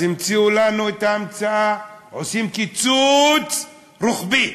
אז המציאו לנו את ההמצאה, עושים קיצוץ רוחבי,